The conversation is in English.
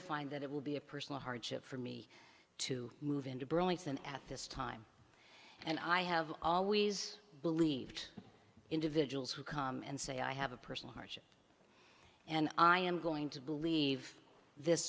certifying that it will be a personal hardship for me to move into burlington at this time and i have always believed individuals who come and say i have a personal hardship and i am going to believe this